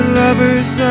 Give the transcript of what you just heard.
lovers